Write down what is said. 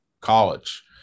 college